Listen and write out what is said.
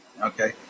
Okay